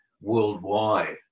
worldwide